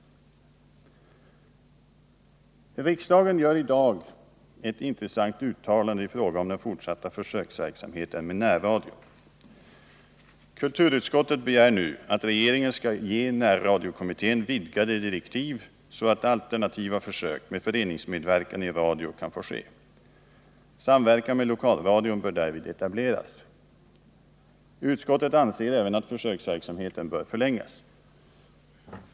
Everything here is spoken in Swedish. Riksdagen gör i dag ett intressant uttalande i fråga om den fortsatta försöksverksamheten med närradio. Kulturutskottet begär nu att regeringen skall ge närradiokommittén vidgade direktiv, så att alternativa försök med föreningsmedverkan i radio kan få ske. Samverkan med lokalradion bör därvid etableras. Utskottet anser även att försöksverksamheten bör förlängas.